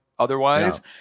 Otherwise